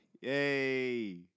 Yay